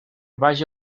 vaja